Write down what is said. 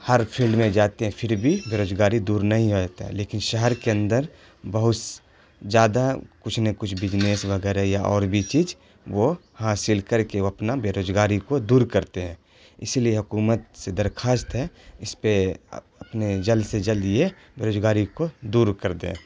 ہر field میں جاتے ہیں پھر بھی بے روزگاری دور نہیں ہو جاتا ہے لیکن شہر کے اندر بہت زیادہ کچھ نہ کچھ بجنس وغیرہ یا اور بھی چیز وہ حاصل کر کے وہ اپنا بے روزگاری کو دور کرتے ہیں اسی لیے حکومت سے درخواست ہے اس پہ اپنے جلد سے جلد یہ بے روزگاری کو دور کر دیں